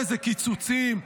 איזה קיצוצים?